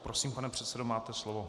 Prosím, pane předsedo, máte slovo.